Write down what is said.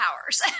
Powers